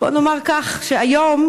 בואו נאמר כך: היום,